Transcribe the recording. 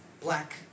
black